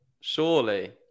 Surely